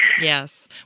Yes